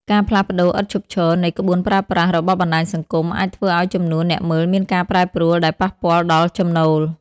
ការផ្លាស់ប្តូរឥតឈប់ឈរនៃក្បួនប្រើប្រាស់ របស់បណ្តាញសង្គម អាចធ្វើឱ្យចំនួនអ្នកមើលមានការប្រែប្រួលដែលប៉ះពាល់ដល់ចំណូល។